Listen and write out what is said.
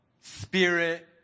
spirit